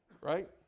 right